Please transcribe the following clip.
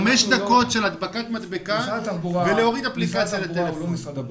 חמש דקות של הדבקת מדבקה ולהוריד אפליקציה לטלפון.